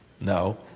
No